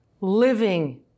living